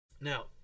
Now